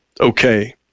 okay